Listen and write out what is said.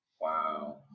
Wow